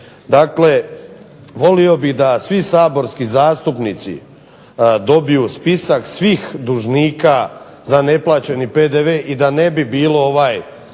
Dakle, volio bih da svi saborski zastupnici dobiju spisak svih dužnika za neplaćeni PDV i da ne bi bilo da